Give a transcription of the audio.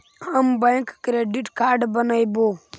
हम bank credit card बनैवो?